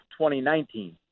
2019